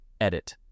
Edit